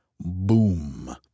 Boom